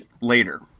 later